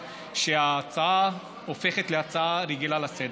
שההצעה הופכת להצעה רגילה לסדר-היום.